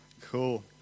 cool